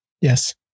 Yes